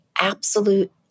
absolute